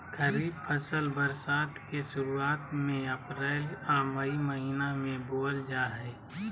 खरीफ फसल बरसात के शुरुआत में अप्रैल आ मई महीना में बोअल जा हइ